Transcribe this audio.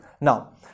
Now